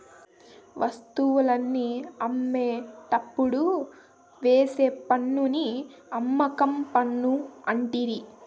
వస్తువుల్ని అమ్మేటప్పుడు వేసే పన్నుని అమ్మకం పన్ను అంటిరి